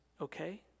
okay